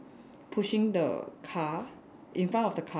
pushing the car in front of the car